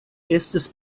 estis